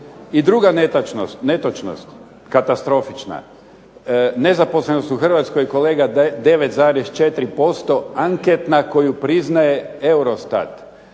I druga netočnost katastrofična. Nezaposlenost u Hrvatskoj kolega je 9,4% anketna koju priznaje EUROSTAT.